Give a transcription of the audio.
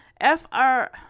F-R